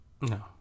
No